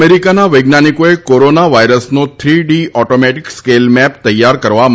અમરીકાના વૈજ્ઞાનિકોએ કોરાના વાયરસનો three D atomic scale map તૈયાર કરવામાં